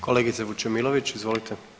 Kolegice Vučemilović, izvolite.